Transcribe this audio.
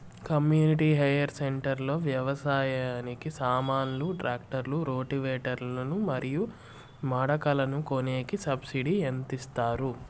community hire centre లో వ్యవసాయానికి సామాన్లు ట్రాక్టర్లు రోటివేటర్ లు మరియు మడకలు కొనేకి సబ్సిడి ఎంత ఇస్తారు